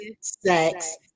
sex